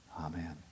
Amen